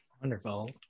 wonderful